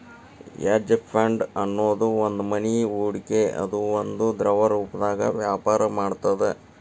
hedge fund ಅನ್ನೊದ್ ಒಂದ್ನಮನಿ ಹೂಡ್ಕಿ ಅದ ಅದು ದ್ರವರೂಪ್ದಾಗ ವ್ಯಾಪರ ಮಾಡ್ತದ